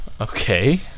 Okay